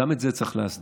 גם את זה צריך להסדיר.